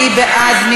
מי בעד?